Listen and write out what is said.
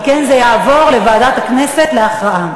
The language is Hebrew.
זה יעבור לוועדת הכנסת להכרעה.